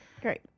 Great